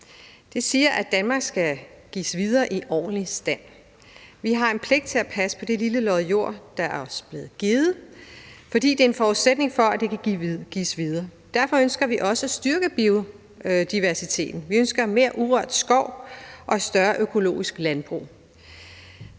Det siger, at Danmark skal gives videre i ordentlig stand. Vi har en pligt til at passe på den lille lod jord, der er blevet os givet, fordi det er en forudsætning for, at det kan gives videre. Derfor ønsker vi også at styrke biodiversiteten. Vi ønsker mere urørt skov og større økologisk landbrug.